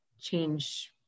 change